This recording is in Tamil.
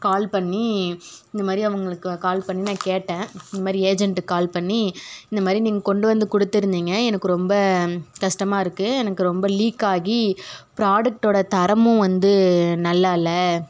கால் பண்ணி இந்தமாதிரி அவங்குளுக்கு கால் பண்ணி நான் கேட்டேன் இந்தமாதிரி ஏஜென்ட்டுக்கு கால் பண்ணி இந்தமாதிரி நீங்க கொண்டு வந்து கொடுத்துருந்திங்க எனக்கு ரொம்ப கஸ்ட்டமாயிருக்கு எனக்கு ரொம்ப லீக்காகி ப்ராடெக்ட்டோட தரமும் வந்து நல்லாயில்ல